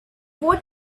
what